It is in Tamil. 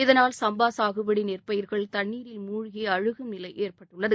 இதனால் சம்பா சாகுபடி நெற்பயிர்கள் தண்ணீரில் மூழ்கி அழுகும் நிலை ஏற்பட்டுள்ளது